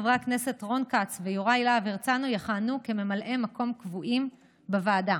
חברי הכנסת רון כץ ויוראי להב הרצנו יכהנו כממלאי מקום קבועים בוועדה,